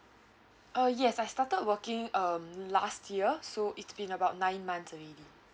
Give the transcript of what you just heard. uh yes I started working um last year so it's been about nine months already